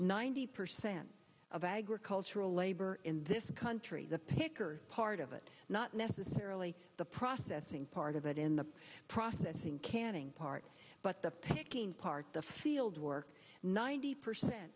ninety percent of agricultural labor in this country the picker part of it not necessarily the processing part of it in the processing canning part but the picking part the fieldwork ninety percent